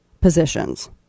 positions